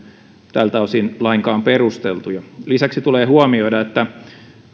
tältä osin lainkaan perusteltuja lisäksi tulee huomioida että